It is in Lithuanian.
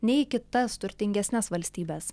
nei į kitas turtingesnes valstybes